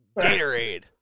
Gatorade